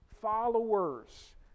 followers